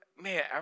Man